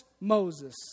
Moses